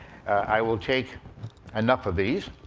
i will take enough of these.